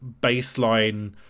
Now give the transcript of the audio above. baseline